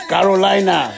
Carolina